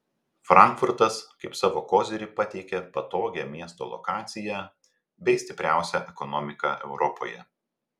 frankfurtas kaip savo kozirį pateikia patogią miesto lokaciją bei stipriausią ekonomiką europoje